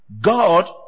God